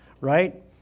right